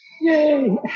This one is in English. Yay